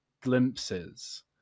glimpses